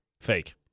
Fake